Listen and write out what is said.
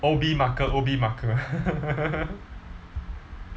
O_B marker O_B marker